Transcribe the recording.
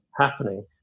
happening